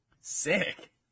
Sick